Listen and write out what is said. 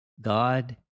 God